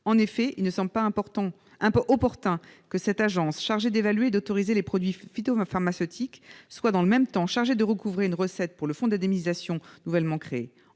En effet, il n'est pas opportun que cette agence, chargée d'évaluer et d'autoriser les produits phytopharmaceutiques, soit, dans le même temps, chargée de recouvrer une recette pour le fonds d'indemnisation nouvellement créé.